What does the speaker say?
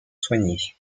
soignée